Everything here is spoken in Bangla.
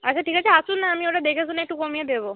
আচ্ছা ঠিক আছে আসুন না আমি ওটা দেখেশুনে একটু কমিয়ে দেবো